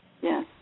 Yes